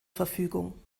verfügung